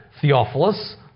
Theophilus